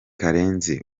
karenzi